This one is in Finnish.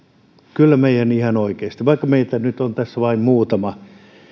kyllä meidän ihan oikeasti vaikka meitä nyt on tässä vain muutama